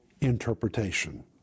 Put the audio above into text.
interpretation